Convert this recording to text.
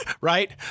right